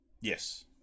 Yes